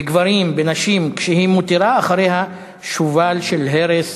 בגברים, בנשים, כשהיא מותירה אחריה שובל של הרס,